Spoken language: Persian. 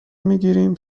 میگیریم